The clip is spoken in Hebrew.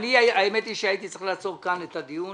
האמת שהייתי צריך לעצור כאן את הדיון